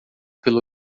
pelo